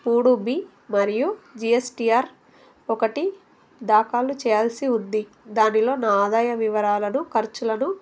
మూడు బి మరియు జిఎస్టిఆర్ ఒకటి దాఖలు చేయాల్సి ఉంది దానిలో నా ఆదాయ వివరాలను ఖర్చులను